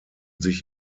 sich